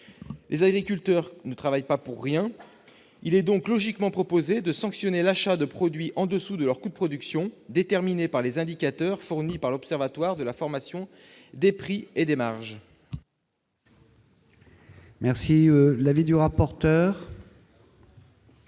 Les agriculteurs ne travaillent pas pour rien. C'est la raison pour laquelle nous proposons de sanctionner l'achat de produits en dessous de leur coût de production, déterminé par les indicateurs fournis par l'Observatoire de la formation des prix et des marges. Quel est l'avis de la